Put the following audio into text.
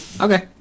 Okay